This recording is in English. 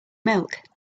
milk